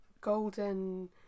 golden